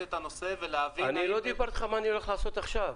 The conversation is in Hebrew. את הנושא ולהבין --- לא דיברתי על מה שאני הולך לעשות עכשיו.